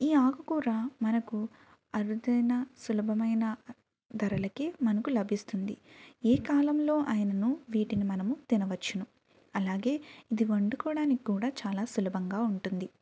ఈ ఆకుకూర మనకు అరుదైన సులభమైన ధరలకే మనకు లభిస్తుంది ఏ కాలంలో అయిననూ వీటిని మనము తినవచ్చును అలాగే ఇది వండుకోవడానికి కూడా చాలా సులభంగా ఉంటుంది